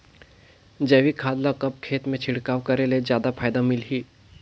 जैविक खाद ल कब खेत मे छिड़काव करे ले जादा फायदा मिलही?